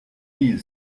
mille